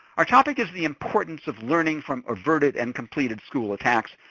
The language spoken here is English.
our topic is the importance of learning from averted and completed school attacks.